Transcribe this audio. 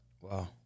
Wow